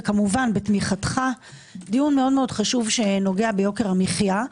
ובתמיכתך דיון מאוד חשוב שנוגע ביוקר המחיה.